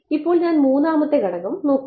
ഇപ്പോൾ ഞാൻ മൂന്നാമത്തെ ഘടകം നോക്കുന്നു